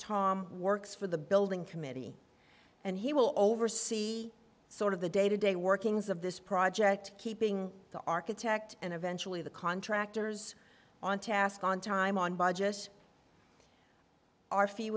tom works for the building committee and he will oversee sort of the day to day workings of this project keeping the architect and eventually the contractors on task on time on budget are few